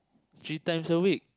three times a week